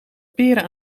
peren